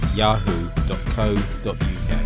yahoo.co.uk